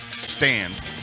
Stand